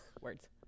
words